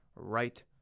right